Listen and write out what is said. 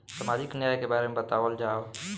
सामाजिक न्याय के बारे में बतावल जाव?